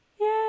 Yay